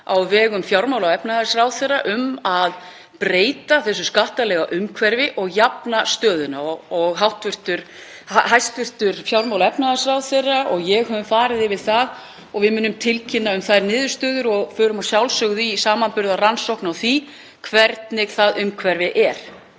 á vegum fjármála- og efnahagsráðherra um að breyta þessu skattalega umhverfi og jafna stöðuna. Hæstv. fjármála- og efnahagsráðherra og ég höfum farið yfir það og við munum tilkynna um þær niðurstöður og förum að sjálfsögðu í samanburðarrannsókn á því hvernig það umhverfi er.